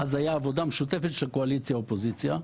הייתה עבודה משותפת של הקואליציה והאופוזיציה,